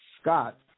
Scott